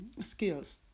skills